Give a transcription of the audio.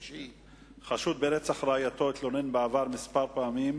חשוד ברצח רעייתו התלונן בעבר פעמים